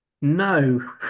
no